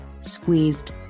squeezed